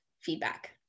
feedback